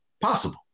possible